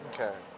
Okay